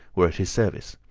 were at his service.